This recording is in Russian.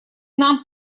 нам